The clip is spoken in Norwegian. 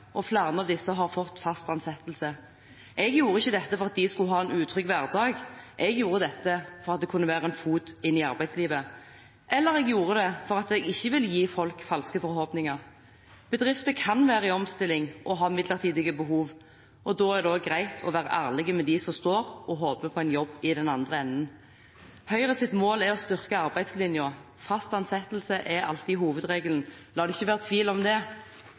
og flere av disse har fått fast ansettelse. Jeg gjorde ikke dette for at de skulle ha en utrygg hverdag, jeg gjorde dette for at det kunne være en fot inn i arbeidslivet, eller jeg gjorde det fordi jeg ikke vil gi folk falske forhåpninger. Bedrifter kan være i omstilling og ha midlertidige behov. Da er det også greit å være ærlig med dem som står og håper på en jobb i den andre enden. Høyres mål er å styrke arbeidslinjen. Fast ansettelse er alltid hovedregelen, la det ikke være tvil om det.